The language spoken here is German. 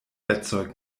bettzeug